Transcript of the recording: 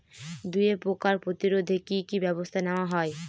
দুয়ে পোকার প্রতিরোধে কি কি ব্যাবস্থা নেওয়া হয়?